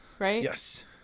Yes